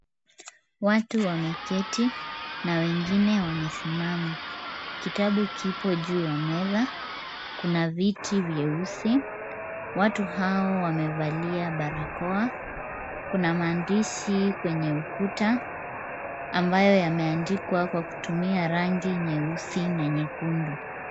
Watu wameketi na wengine wamesimama, kitabu kiko juu ya meza, kuna viti vyeusi, watu hao wamevalia barakoa, kuna maandishi kwenye ukuta ambayo yameandikwa kwa kutumia rangi nyeusi na nyekundu.